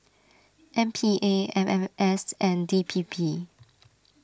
M P A M M S and D P P